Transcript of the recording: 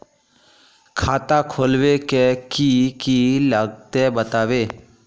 खाता खोलवे के की की लगते बतावे?